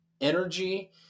energy